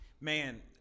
Man